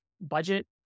budget